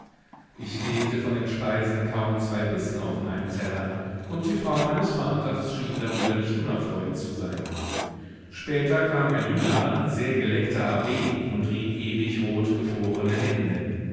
ich legte von den speisen kaum zwei bissen auf meinen teller und die frau meines vaters schien darüber nicht unerfreut zu sein später kam ein jüngerer sehr geleckter abb und rieb ewig rot gefrorene hände